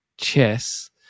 Chess